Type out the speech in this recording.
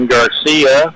Garcia